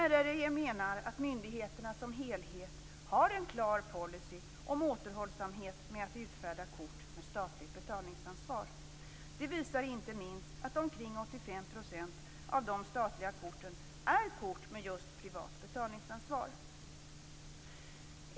RRV menar att myndigheterna som helhet har en klar policy om återhållsamhet med att utfärda kort med statligt betalningsansvar. Det visar inte minst att omkring 85 % av de statliga korten är just kort med privat betalningsansvar.